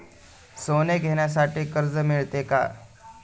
सोने घेण्यासाठी कर्ज मिळते का?